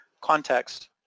context